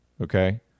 Okay